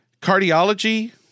cardiology